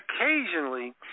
occasionally